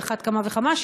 על אחת כמה וכמה,